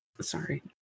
sorry